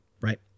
right